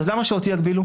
אז למה שאותי יגבילו?